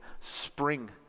spring